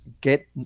get